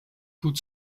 put